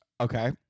okay